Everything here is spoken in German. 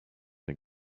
den